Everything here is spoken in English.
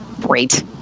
great